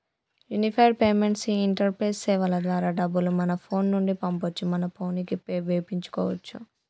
unified payments interface సేవల ద్వారా డబ్బులు మన ఫోను నుండి పంపొచ్చు మన పోనుకి వేపించుకోచ్చు